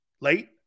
late